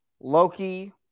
Loki